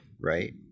Right